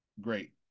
great